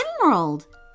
emerald